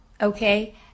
okay